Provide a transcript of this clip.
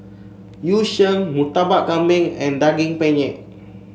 Yu Sheng Murtabak Kambing and Daging Penyet